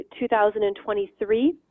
2023